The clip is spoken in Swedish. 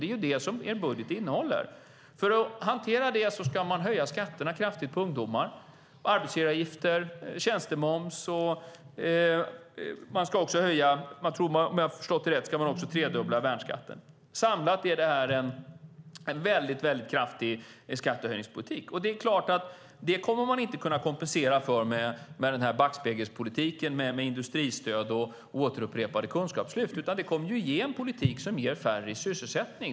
Det är ju det som er budget innehåller. För att hantera detta ska man höja skatterna kraftigt på ungdomar, höja arbetsgivaravgifter och tjänstemoms, och om jag har förstått det rätt ska man också tredubbla värnskatten. Samlat är detta en mycket kraftig skattehöjningspolitik. Det kommer man inte att kunna kompensera för med den här backspegelspolitiken med industristöd och återupprepade kunskapslyft, utan det kommer att ge en politik som ger färre i sysselsättning.